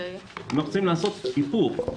אנחנו צריכים לעשות היפוך.